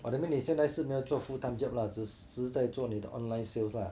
oh that means 你现在是没有做 full time job lah 只是在做你的 online sales lah